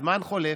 הזמן חולף,